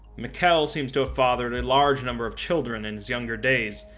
mikell seems to have fathered a large number of children in his younger days,